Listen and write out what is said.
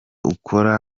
ukora